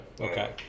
okay